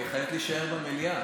היא חייבת להישאר במליאה.